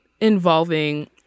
involving